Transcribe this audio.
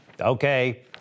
Okay